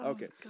Okay